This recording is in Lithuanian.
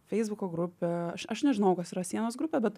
feisbuko grupė aš aš nežinojau kas yra sienos grupė bet